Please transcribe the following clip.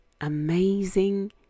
amazing